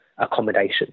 Accommodation